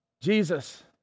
Jesus